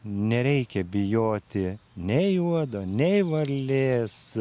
nereikia bijoti nei uodo nei varlės